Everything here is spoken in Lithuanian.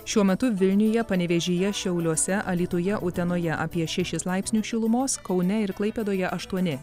šiuo metu vilniuje panevėžyje šiauliuose alytuje utenoje apie šešis laipsnius šilumos kaune ir klaipėdoje aštuoni